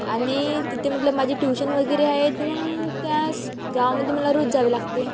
आणि तिथे मतलब माझी ट्युशन वगैरे आहेत मग त्याच गावामध्ये मला रोज जावे लागते